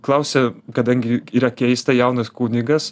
klausia kadangi yra keista jaunas kunigas